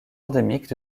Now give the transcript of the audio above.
endémiques